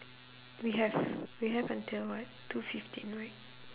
we have we have until [what] two fifteen right